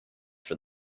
for